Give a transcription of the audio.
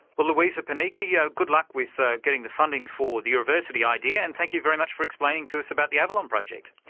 well luisa panichi, yeah good luck with getting the funding for the euroversity idea, and thank you very much for explaining to us about the avalon project.